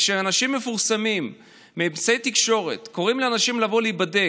וכשאנשים מפורסמים מאמצעי התקשורת קוראים לאנשים לבוא להיבדק,